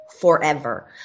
forever